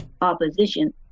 opposition